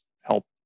help